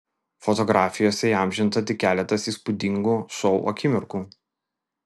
fotografijose įamžinta tik keletas įspūdingo šou akimirkų